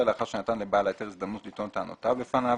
אלא לאחר שנתן לבעל ההיתר הזדמנות לטעון את טענותיו לפניו